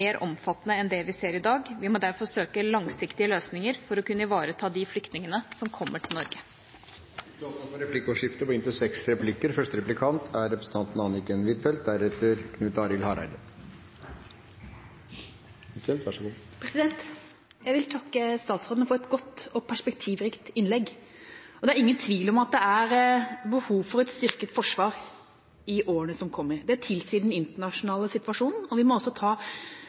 mer omfattende enn det vi ser i dag. Vi må derfor søke langsiktige løsninger for å kunne ivareta de flyktningene som kommer til Norge. Det blir replikkordskifte. Jeg vil takke statsråden for et godt og perspektivrikt innlegg. Det er ingen tvil om at det er behov for et styrket forsvar i årene som kommer. Det tilsier den internasjonale situasjonen, og vi må også